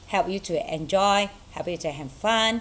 help you to enjoy help you to have fun